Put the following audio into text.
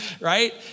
right